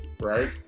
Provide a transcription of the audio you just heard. right